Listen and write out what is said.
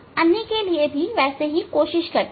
अन्य के लिए भी वैसे ही कोशिश करते हैं